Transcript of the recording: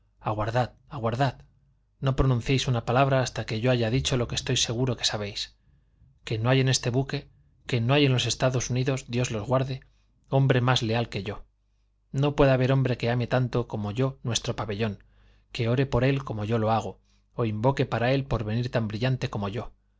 ahora aguardad aguardad no pronunciéis una palabra hasta que yo haya dicho lo que estoy seguro que sabéis que no hay en este buque que no hay en los estados unidos dios los guarde hombre más leal que yo no puede haber hombre que ame tanto como yo nuestro pabellón que ore por él como yo lo hago o invoque para él porvenir tan brillante como yo